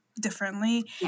differently